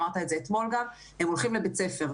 אמרת את גם זה אתמול: הם הולכים לבית ספר.